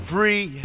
Free